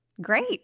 Great